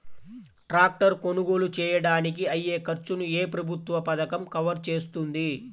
Tractor కొనుగోలు చేయడానికి అయ్యే ఖర్చును ఏ ప్రభుత్వ పథకం కవర్ చేస్తుంది?